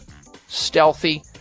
stealthy